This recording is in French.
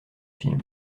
film